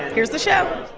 here's the show